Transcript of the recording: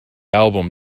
album